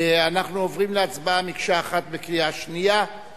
אנחנו עוברים להצבעה בקריאה שנייה מקשה אחת.